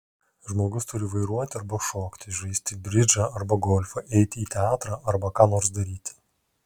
žmogus turi vairuoti arba šokti žaisti bridžą arba golfą eiti į teatrą arba ką nors daryti